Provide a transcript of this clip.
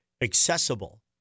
accessible